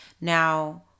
Now